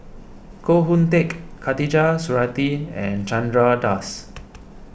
Koh Hoon Teck Khatijah Surattee and Chandra Das